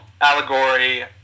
allegory